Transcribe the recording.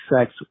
sex